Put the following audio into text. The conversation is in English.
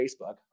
Facebook